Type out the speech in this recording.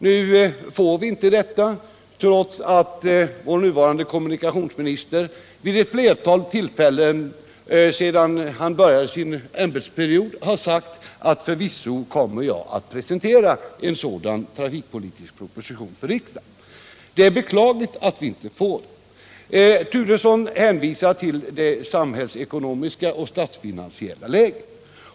Nu får vi inte den trots att vår nuvarande kommunikationsminister vid flera tillfällen sedan han började sin ämbetsperiod har sagt att ”förvisso kommer jag att presentera en sådan trafikpolitisk proposition för riksdagen”. Det är beklagligt att vi inte får den. Bo Turesson hänvisar till det samhällsekonomiska och statsfinansiella läget.